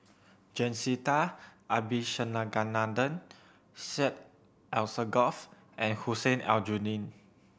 Jacintha Abisheganaden Syed Alsagoff and Hussein Aljunied